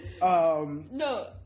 No